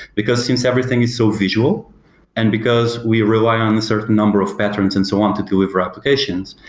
because since everything is so visual and because we rely on a certain number of patterns and so on to deliver applications,